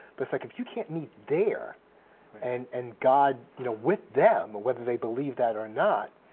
but like if you can't meet there and and guide you know with them, whether they believe that or not,